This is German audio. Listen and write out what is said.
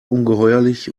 ungeheuerlich